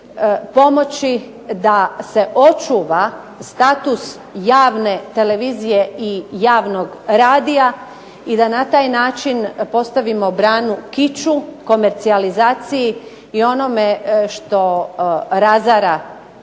pomoći da se očuva status javne televizije i javnog radija i da na taj način postavimo branu kiču, komercijalizaciji i onome što razara